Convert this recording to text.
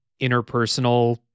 interpersonal